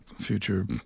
future